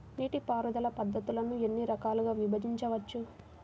నీటిపారుదల పద్ధతులను ఎన్ని రకాలుగా విభజించవచ్చు?